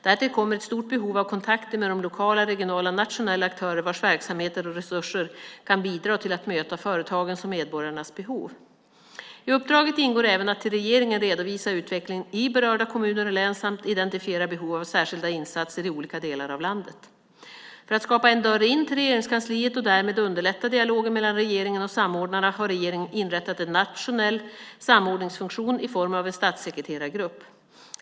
Därtill kommer ett stort behov av kontakter med de lokala, regionala och nationella aktörer vars verksamheter och resurser kan bidra till att möta företagens och medborgarnas behov. I uppdraget ingår även att till regeringen redovisa utvecklingen i berörda kommuner och län samt att identifiera behov av särskilda insatser i olika delar av landet. För att skapa "en dörr in" till Regeringskansliet och därmed underlätta dialogen mellan regeringen och samordnarna har regeringen inrättat en nationell samordningsfunktion i form av en statssekreterargrupp.